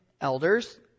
elders